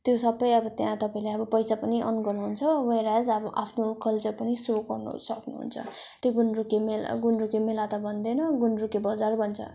त्यो सबै अब त्यहाँ तपाईँले अब पैसा पनि अर्न गर्नुहुन्छ वेयरएज अब आफ्नो कल्चर पनि सो गर्नु सक्नुहुन्छ त्यो गुन्द्रुके मेला गुन्द्रुके मेला त भन्दैन गुन्द्रुके बजार भन्छ